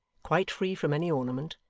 quite free from any ornament,